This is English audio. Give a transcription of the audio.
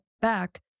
back